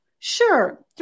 Sure